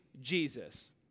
Jesus